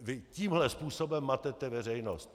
Vy tímhle způsobem matete veřejnost.